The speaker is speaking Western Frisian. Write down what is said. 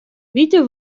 wite